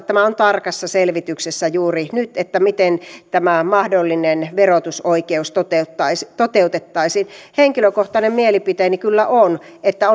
tämä on tarkassa selvityksessä juuri nyt että miten tämä mahdollinen verotusoikeus toteutettaisiin toteutettaisiin henkilökohtainen mielipiteeni kyllä on että